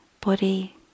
body